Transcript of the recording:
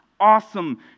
awesome